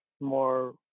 more